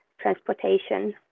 transportation